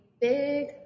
big